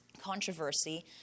controversy